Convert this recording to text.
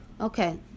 Okay